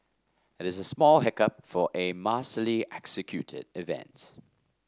it is a small hiccup for a masterly executed event